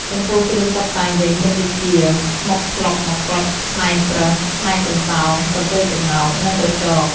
ចំពោះគ្រឿងតុបតែងវិញមានដូចជា មុខត្លុក មកុដ ស្នែងប្រើស ស្នែងទន្សោង កន្ទុយក្ងោក និងក្រចក។